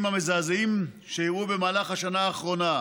המזעזעים שאירעו במהלך השנה האחרונה,